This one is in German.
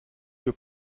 für